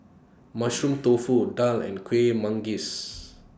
Mushroom Tofu Daal and Kueh Manggis